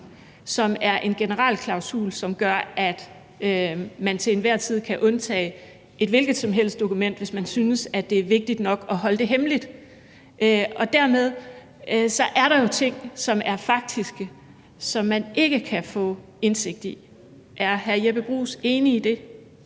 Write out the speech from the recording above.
som er en generel klausul, som gør, at man til enhver tid kan undtage et hvilket som helst dokument, hvis man synes, at det er vigtigt nok at holde det hemmeligt. Dermed er der jo ting, som er faktiske, som man ikke kan få indsigt i. Er hr. Jeppe Bruus enig i det?